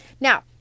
Now